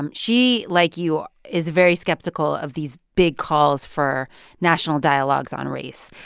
um she, like you, is very skeptical of these big calls for national dialogues on race.